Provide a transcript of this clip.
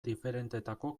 diferentetako